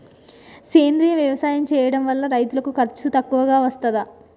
సేంద్రీయ వ్యవసాయం చేయడం వల్ల రైతులకు ఖర్చు తక్కువగా వస్తదా?